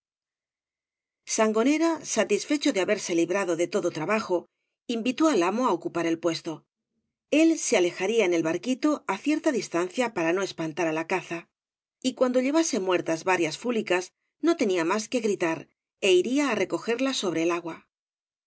sangonera satisfecho de haberse librado de todo trabajo invitó al amo á ocupar el puesto el se alejaría en el barquito á cierta distancia para no espantar la caza y cuando llevase muertas v blasco ibáñbz yarias fúlicas no tenía mas que gritar é iría á recogerlas sobre el agua